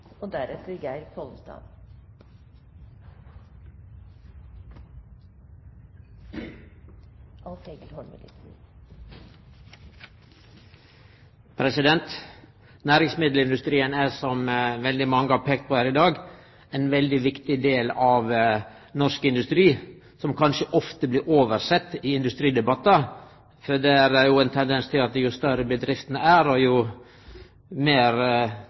Næringsmiddelindustrien er, som veldig mange har peikt på her i dag, ein veldig viktig del av norsk industri, som kanskje ofte blir oversett i industridebattar, for det er ein tendens til at jo større bedriftene er, og jo meir